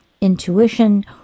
intuition